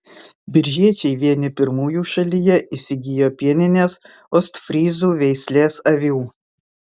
biržiečiai vieni pirmųjų šalyje įsigijo pieninės ostfryzų veislės avių